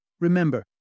Remember